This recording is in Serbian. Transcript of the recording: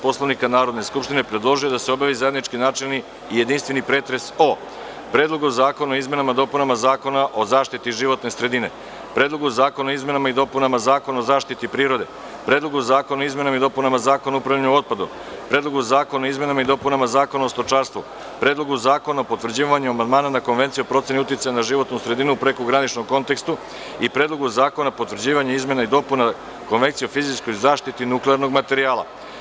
Poslovnika Narodne skupštine, predložio je da se obavi zajednički načelni jedinstveni pretres o - Predlogu zakona o izmenama i dopunama Zakona o zaštiti životne sredine, Predlogu zakona o izmenama i dopunama Zakona o zaštiti prirode, Predlogu zakona o izmenama i dopunama Zakona o upravljanju otpadom, Predlogu zakona o izmenama i dopunama Zakona o stočarstvu, Predlogu zakona o potvrđivanju amandmana na Konvenciju o proceni uticaja na životnu sredinu u prekograničnom kontekstu i Predlogu zakona o potvrđivanju izmena i dopuna Konvencije o fizičkoj zaštiti nuklearnog materijala.